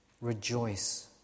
rejoice